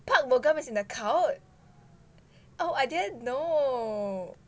is in a cult oh I didn't know